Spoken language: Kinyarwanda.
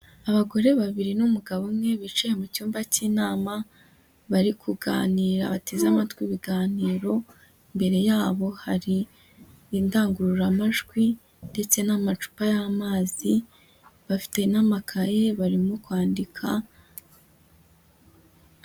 Abagore babiri n'umugabo umwe bicaye mu cyumba cy'inama bari kuganira, bateze amatwi ibiganiro, imbere yabo hari indangururamajwi ndetse n'amacupa y'amazi, bafite n'amakaye barimo kwandika.